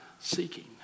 seeking